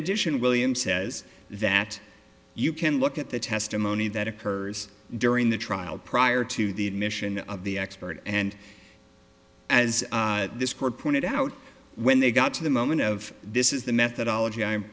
addition william says that you can look at the testimony that occurs during the trial prior to the admission of the expert and as this court pointed out when they got to the moment of this is the methodology i'm